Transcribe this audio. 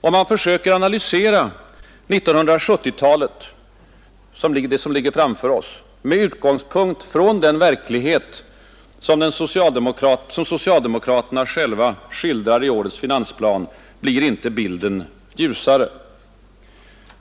Ett försök att analysera 1970-talet — det som ligger framför oss — med utgångspunkt i den verklighet som socialdemokraterna själva skildrar i årets finansplan gör inte bilden ljusare.